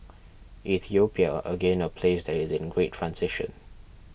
Ethiopia again a place that is in great transition